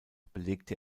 belegte